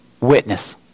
Witness